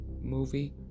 movie